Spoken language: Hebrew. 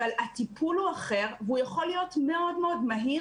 אבל הטיפול הוא אחר והוא יכול להיות מאוד מאוד מהיר